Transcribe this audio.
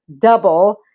double